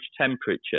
temperature